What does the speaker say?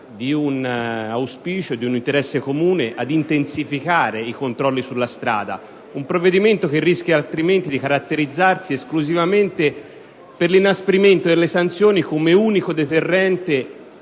di un auspicio, di un interesse comune ad intensificare i controlli sulla strada. Il provvedimento rischia altrimenti di caratterizzarsi esclusivamente per l'inasprimento delle sanzioni quale unico deterrente